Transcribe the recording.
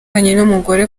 n’umugore